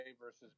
versus